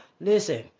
Listen